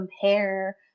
compare